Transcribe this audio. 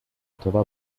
toda